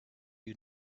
you